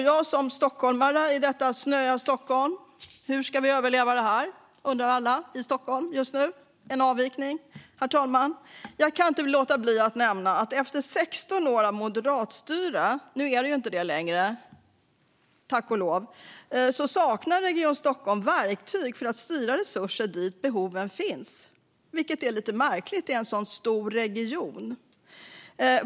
Jag som stockholmare i detta snöiga Stockholm - hur ska vi överleva detta, undrar alla i Stockholm just nu - kan inte låta bli att nämna att efter 16 år av moderat styre, vilket det tack och lov inte är längre, saknar Region Stockholm verktyg för att styra resurser dit där behoven finns. Det är lite märkligt i en så stor region.